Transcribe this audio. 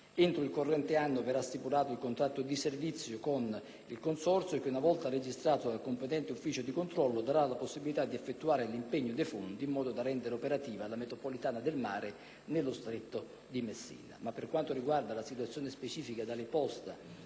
Entro il corrente anno verrà stipulato il contratto di servizio con il consorzio che, una volta registrato dal competente ufficio di controllo, darà la possibilità di effettuare l'impegno dei fondi, in modo da rendere operativa la metropolitana del mare nello Stretto di Messina.